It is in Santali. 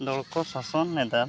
ᱫᱚᱞᱠᱚ ᱥᱟᱥᱚᱱᱮᱫᱟ